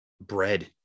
bread